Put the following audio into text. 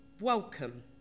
welcome